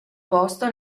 posto